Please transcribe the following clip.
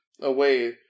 away